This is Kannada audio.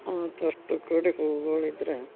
ನಮ್ಮ ಹತ್ರ ಅಷ್ಟು ಕಡೆ ಹೂಗಳಿದ್ರ